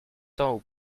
leur